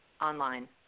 online